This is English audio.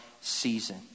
season